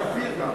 לא הספקתי.